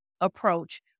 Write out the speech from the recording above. approach